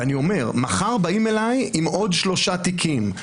ואני אומר: מחר באים אליי עם עוד שלושה תיקים,